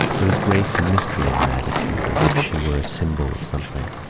there was grace and mystery in her attitude as if she were a symbol of something.